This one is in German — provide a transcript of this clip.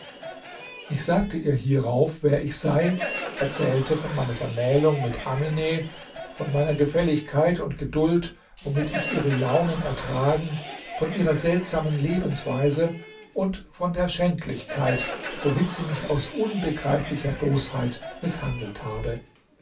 ich sagte ihr hierauf wer ich sei erzählte von meiner vermählung mit amine von meiner gefälligkeit und geduld womit ich ihre launen ertragen von ihrer seltsamen lebensweise und von der schändlichkeit womit sie mich aus unbegreiflicher bosheit mißhandelt habe